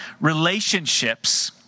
relationships